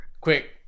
Quick